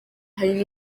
hari